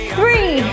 Three